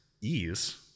ease